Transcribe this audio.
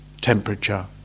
temperature